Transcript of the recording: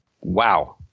Wow